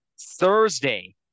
Thursday